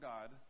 God